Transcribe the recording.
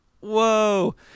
whoa